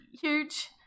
huge